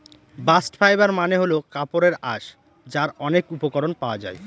bast fibre মানে হল কাপড়ের আঁশ যার অনেক উপকরণ পাওয়া যায়